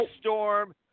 storm